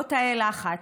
לא תאי לחץ.